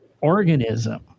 organism